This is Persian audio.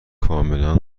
کاملا